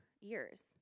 years